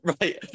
Right